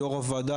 יושב-ראש הוועדה,